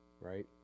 Right